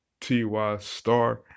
tystar